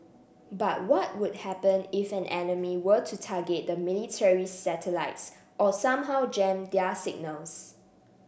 but what would happen if an enemy were to target the military's satellites or somehow jam their signals